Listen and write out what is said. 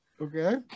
okay